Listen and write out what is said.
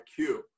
IQ